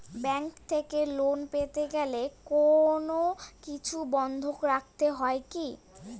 Bank থেকে loan পেতে গেলে কোনো কিছু বন্ধক রাখতে হয় কি?